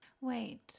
Wait